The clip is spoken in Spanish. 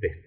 entre